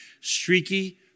streaky